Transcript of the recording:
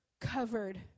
Covered